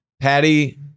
Patty